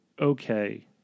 okay